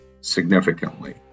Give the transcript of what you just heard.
significantly